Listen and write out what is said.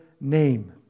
name